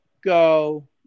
go